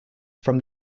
from